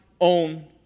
own